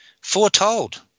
Foretold